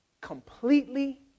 Completely